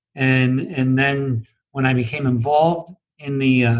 and and then when i became involved in the